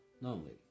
lonely